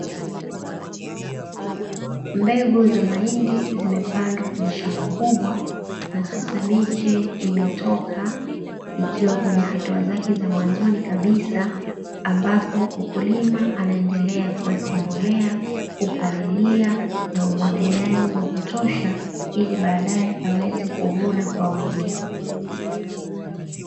Mbegu za mahindi zimepandwa kwenye shamba kubwa, na sasa miche imetoka ikiwa kwenye hatua zake za mwanzoni kabisa ambapo mkulima anaendelea kuweka mbolea, kupalilia, na umwagiliaji wa kutosha, ili baadae aweze kuvuna kwa wingi.